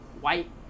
white